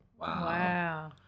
Wow